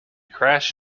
crashed